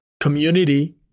community